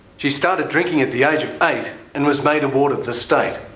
she started drinking at the age of eight and was made a ward of the state.